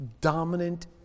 dominant